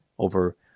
over